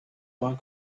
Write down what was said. one